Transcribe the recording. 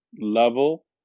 level